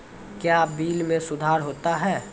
क्या बिल मे सुधार होता हैं?